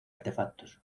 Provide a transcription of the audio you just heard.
artefactos